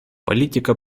политика